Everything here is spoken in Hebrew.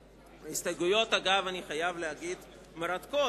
ההסתייגויות, אגב, אני חייב להגיד, מרתקות.